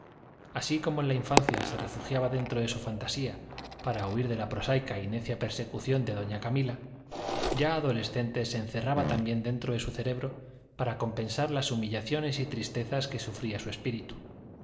así como en la infancia se refugiaba dentro de su fantasía para huir de la prosaica y necia persecución de doña camila ya adolescente se encerraba también dentro de su cerebro para compensar las humillaciones y tristezas que sufría su espíritu